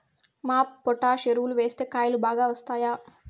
MOP potash ఎరువులు వేస్తే కాయలు బాగా వస్తాయా?